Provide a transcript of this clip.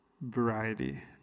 variety